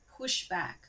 pushback